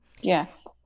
Yes